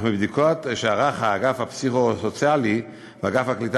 אך מבדיקות שערכו האגף הפסיכו-סוציאלי ואגף הקליטה